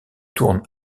tourne